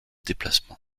déplacement